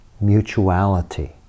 mutuality